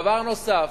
דבר נוסף,